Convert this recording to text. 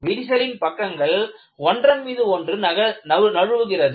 விரிசலின் பக்கங்கள் ஒன்றன் மீது ஒன்று நழுவுகிறது